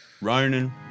Ronan